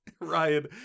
Ryan